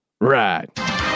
Right